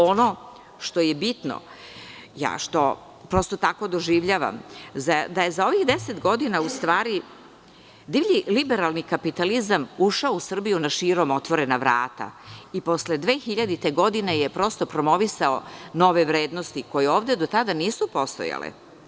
Ono što je bitno, bar tako doživljavam, jeste da je za ovih deset godina divlji liberalni kapitalizam ušao u Srbiju na širom otvorena vrata i posle 2000. godine je prosto promovisao nove vrednosti koje ovde do tada nisu postojale.